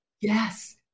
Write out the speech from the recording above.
Yes